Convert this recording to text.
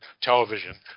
television